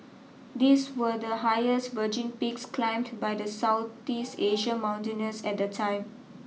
these were the highest virgin peaks climbed by the Southeast Asian mountaineers at the time